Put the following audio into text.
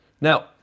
Now